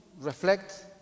reflect